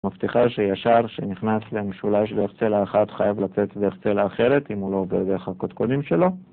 מבטיחה שישר שנכנס למשולש דרך צלע אחת חייב לצאת דרך צלע אחרת, אם הוא לא עובר דרך הקודקודים שלו